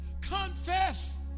Confess